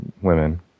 women